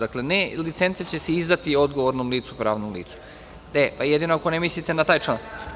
Dakle, ne – licence će se izdati odgovornom licu u pravnom licu, jedino ako ne mislite na taj član?